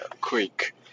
quick